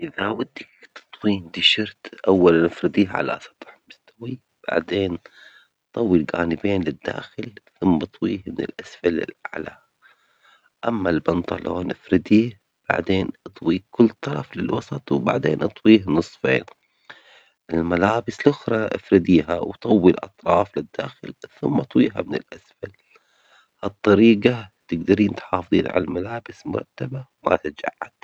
إذا ودك تطويّن تيشرت، أولاً افرديه على سطح مستوٍ، بعدين طوي الجانبين للداخل، ثم اطويه من الأسفل للأعلى، أما البنطلون، افرديه بعدين اطوي كل طرف للوسط، وبعدين اطويه نصفين، للملابس الأخرى، افرديها وطوي الأطراف للداخل، ثم اطويها من الأسفل، بها الطريجة تجدري تحافظي على الملابس مرتبة وما تتجعد.